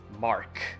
mark